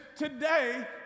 Today